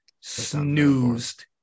Snoozed